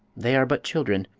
they are but children,